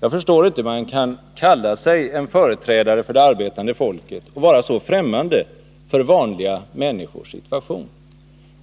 Jag förstår inte hur man kan kalla sig företrädare för det arbetande folket och vara så främmande för vanliga människors situation.